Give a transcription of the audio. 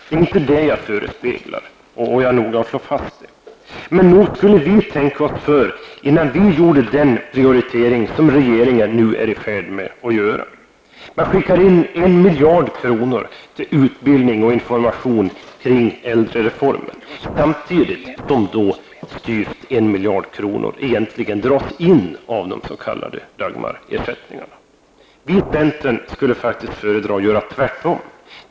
Det är inte detta som jag förespeglar -- jag är noga med att slå fast det -- men nog skulle vi tänka oss för, innan vi gjorde den prioritering som regeringen nu är i färd med att göra. Man skickar in 1 miljard kronor till utbildning och information om äldrereformen samtidigt som drygt 1 miljard kronor egentligen dras in av de s.k. Dagmarersättningarna. Vi i centern skulle faktiskt föredra att göra tvärtom.